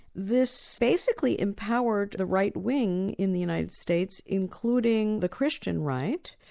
this basically empowered the right-wing in the united states including the christian right.